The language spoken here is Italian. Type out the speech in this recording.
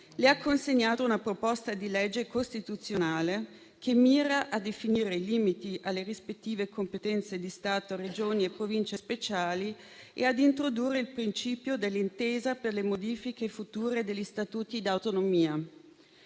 le ha consegnato una proposta di legge costituzionale, che mira a definire i limiti alle rispettive competenze di Stato, Regioni e Province speciali e a introdurre il principio dell'intesa per le modifiche future degli Statuti di autonomia.